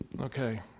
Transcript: Okay